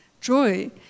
joy